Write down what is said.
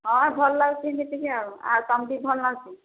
ହଁ ଭଲ ଲାଗୁଛି ଯେତିକି ଆଉ ଆଉ ତୁମେ ସବୁ ଭଲ ଅଛ